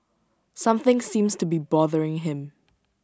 something seems to be bothering him